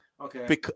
Okay